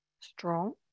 strong